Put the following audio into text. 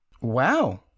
Wow